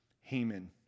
Haman